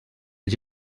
els